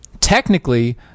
Technically